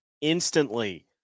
instantly